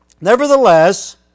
nevertheless